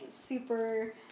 super